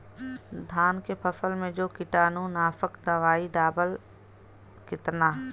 धान के फसल मे जो कीटानु नाशक दवाई डालब कितना?